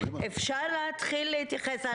אפשר להתחיל להתייחס.